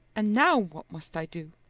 and now what must i do?